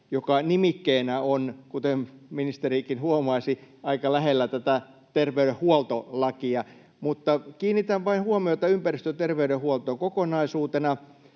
joka nimikkeenä on, kuten ministerikin huomasi, aika lähellä terveydenhuoltolakia. Kiinnitän vain huomiota ympäristöterveydenhuoltoon kokonaisuutena.